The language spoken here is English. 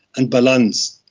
and balanced.